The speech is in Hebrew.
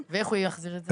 ואיך הוא יחזיר את זה?